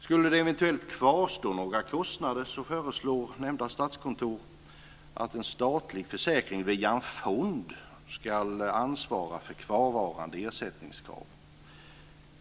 Skulle det emellertid kvarstå några kostnader föreslår nämnda statskontor att en statlig försäkring via en fond ska ansvara för kvarvarande ersättningskrav.